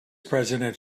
president